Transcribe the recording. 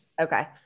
Okay